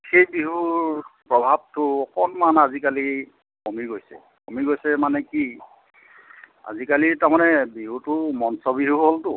সেই বিহুৰ প্ৰভাৱটো অকণমান আজিকালি কমি গৈছে কমি গৈছে মানে কি আজিকালি তাৰ মানে বিহুটো মঞ্চ বিহু হ'লটো